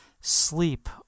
sleep